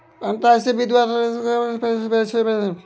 अंतर्राष्ट्रीय वित्त दू टा देशक बीच होइ बला लेन देन छै